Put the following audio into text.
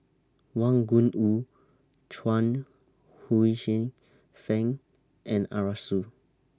Wang Gungwu Chuang Fang and Arasu